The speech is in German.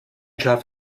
schaf